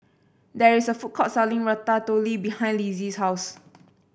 there is a food court selling Ratatouille behind Litzy's house